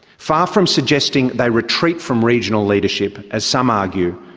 far from suggesting they retreat from regional leadership, as some argue,